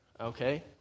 okay